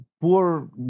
poor